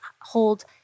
hold